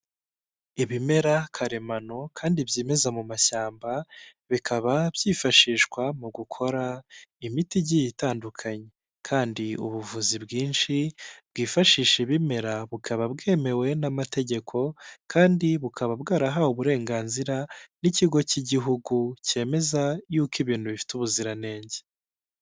Ibimera karemano kandi byimeza mu mashyamba bikaba byifashishwa mu gukora imiti igiye itandukanye, kandi ubuvuzi bwinshi bwifashisha ibimera bukaba bwemewe n'amategeko kandi bukaba bwarahawe uburenganzira n'ikigo cy'igihugu cyemeza yuko ibintu bifite ubuziranenge.